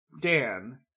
Dan